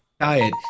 diet